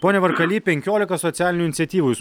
pone varkaly penkiolika socialinių iniciatyvų jūs